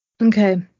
Okay